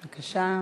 בבקשה.